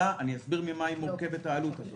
אסביר ממה מורכבת העלות.